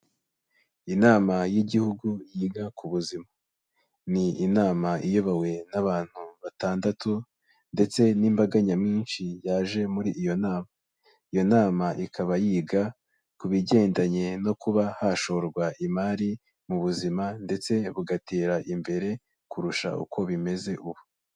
Inama y'igihugu yiga ku buzima, ni inama iyobowe n'abantu batandatu ndetse n'imbaga nyamwinshi yaje muri iyo nama, iyo nama ikaba yiga ku bigendanye no kuba hashorwa imari mu buzima ndetse bugatera imbere kurusha uko bimeze ubu.